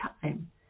time